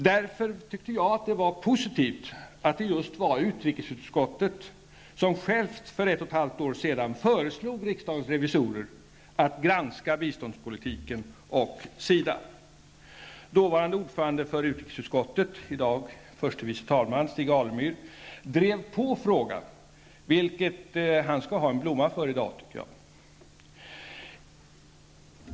Därför tycker jag att det var positivt att det just var utrikesutskottet som självt för ett och ett halvt år sedan föreslog riksdagens revisorer att granska biståndspolitiken och SIDA. Dåvarande ordföranden för utrikesutskottet, i dag förste vice talmannen, Stig Alemyr drev på frågan, vilket han skall ha en blomma för i dag, tycker jag.